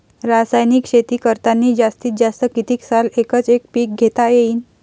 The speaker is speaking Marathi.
रासायनिक शेती करतांनी जास्तीत जास्त कितीक साल एकच एक पीक घेता येईन?